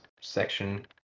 section